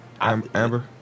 Amber